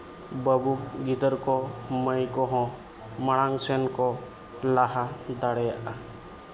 ᱵᱟᱹᱵᱩ ᱜᱤᱫᱟᱹᱨ ᱠᱚ ᱢᱟᱹᱭ ᱠᱚᱦᱚᱸ ᱢᱟᱲᱟᱝ ᱥᱮᱫ ᱠᱚ ᱞᱟᱦᱟ ᱫᱟᱲᱮᱭᱟᱜᱼᱟ